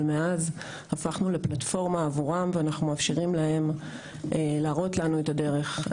אבל מאז הפכנו לפלטפורמה עבורם ואנחנו מאפשרים להם להראות לנו את הדרך.